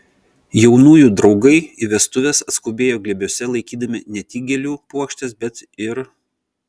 jaunųjų draugai į vestuves atskubėjo glėbiuose laikydami ne tik gėlių puokštes bet ir